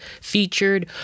featured